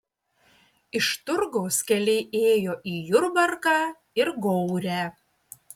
iš turgaus keliai ėjo į jurbarką ir gaurę